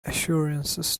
assurances